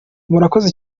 murakoze